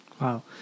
Wow